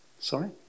Sorry